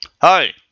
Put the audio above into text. Hi